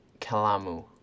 kalamu